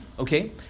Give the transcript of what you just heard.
Okay